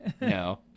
no